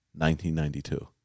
1992